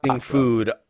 food